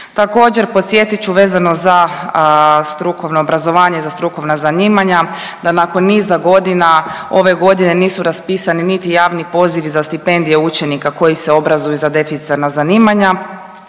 Također podsjetit ću vezano za strukovno obrazovanje i za strukovna zanimanja, da nakon niza godina ove godine nisu raspisani niti javni pozivi za stipendije učenika koji se obrazuju za deficitarna zanimanja,